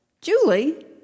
Julie